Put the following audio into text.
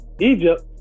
egypt